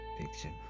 picture